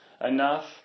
enough